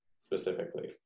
specifically